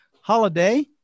holiday